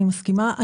אני מסכימה לזה.